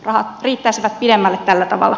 rahat riittäisivät pidemmälle tällä tavalla